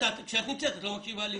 כשאת נמצאת, את לא מקשיבה לי.